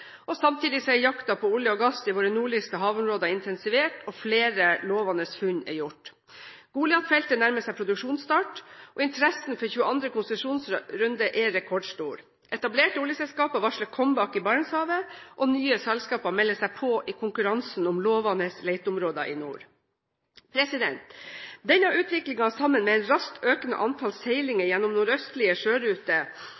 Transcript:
Samtidig er jakten på olje- og gass i våre nordligste havområder intensivert, og flere lovende funn er gjort. Goliat-feltet nærmer seg produksjonsstart, og interessen for 22. konsesjonsrunde er rekordstor. Etablerte oljeselskaper varsler comeback i Barentshavet, og nye selskaper melder seg på i konkurransen om lovende leteområder i nord. Denne utviklingen, sammen med et raskt økende antall